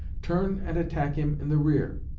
turn and attack him in the rear.